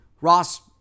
Ross